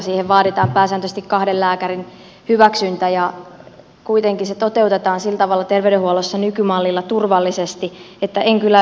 siihen vaaditaan pääsääntöisesti kahden lääkärin hyväksyntä ja kuitenkin se toteutetaan sillä tavalla terveydenhuollossa nykymallilla turvallisesti että en kyllä ymmärrä